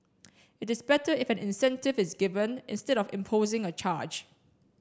it is better if an incentive is given instead of imposing a charge